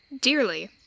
Dearly